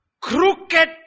Crooked